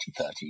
2030